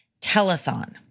telethon